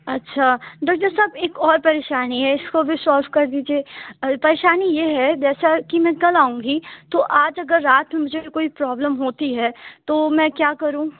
اچھا ڈاکٹر صاحب ایک اور پریشانی ہے وہ بھی سولو کردیجیے پریشانی یہ ہے كہ جيسا كہ ميں كل آؤں گى تو آج اگر رات میں مجھے کوئی پرابلم ہوتی ہے تو میں کیا کروں